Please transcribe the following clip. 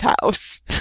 house